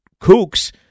kooks